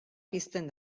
pizten